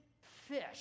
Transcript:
fish